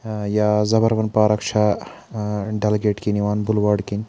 یا زَبروَن پارَک چھےٚ ڈل گیٹ کِنۍ یِوان بُلواڈ کِنۍ